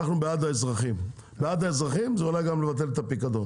אנחנו בעד האזרחים וזה אולי גם לבטל את הפיקדון.